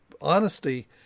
honesty